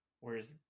whereas